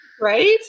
Right